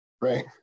right